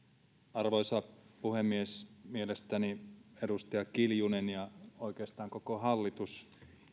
arvoisa puhemies mielestäni edustaja kiljunen ja oikeastaan koko hallitus